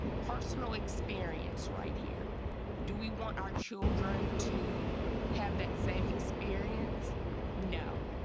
personal experience right here do we want our children to have that same experience no